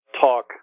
talk